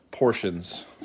portions